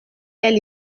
quelle